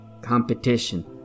competition